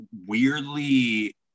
weirdly